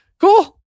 Cool